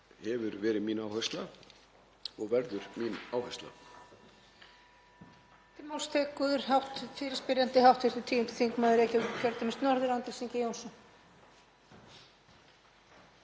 hefur verið mín áhersla og verður mín áhersla.